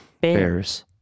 bears